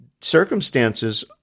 circumstances